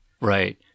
Right